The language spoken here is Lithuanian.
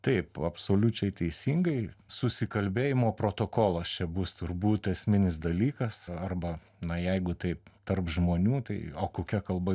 taip absoliučiai teisingai susikalbėjimo protokolas čia bus turbūt esminis dalykas arba na jeigu taip tarp žmonių tai o kokia kalba